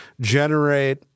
generate